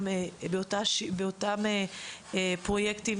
באותם פרויקטים